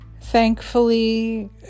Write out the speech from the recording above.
thankfully